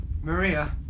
Maria